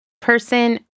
person